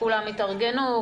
כולם התארגנו,